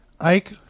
Ike